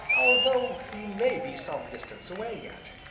although he may be some distance away yet.